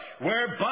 whereby